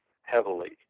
heavily